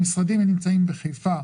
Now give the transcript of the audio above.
המשרדים נמצאים בחיפה,